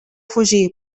fugir